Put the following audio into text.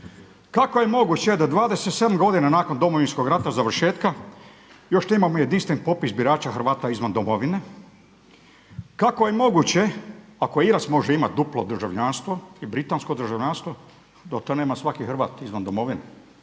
kako je moguće da 27 godina nakon Domovinskog rata završetka još nemamo jedinstven popis birača Hrvata izvan domovine? Kako je moguće ako Irac može imati duplo državljanstvo i britansko državljanstvo da to nema svaki Hrvata izvan domovine